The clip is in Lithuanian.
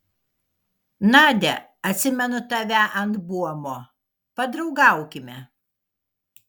nadia atsimenu tave ant buomo padraugaukime